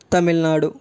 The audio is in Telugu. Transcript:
తమిళనాడు